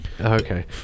Okay